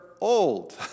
Old